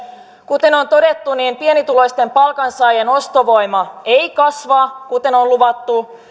kuten on todettu pienituloisten palkansaajien ostovoima ei kasva kuten on on luvattu